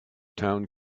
town